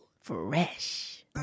Fresh